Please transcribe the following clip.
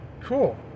Cool